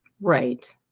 Right